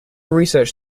research